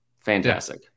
fantastic